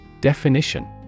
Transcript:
Definition